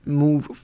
move